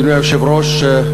אדוני היושב-ראש,